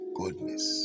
goodness